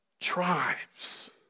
tribes